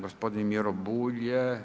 Gospodin Miro Bulj.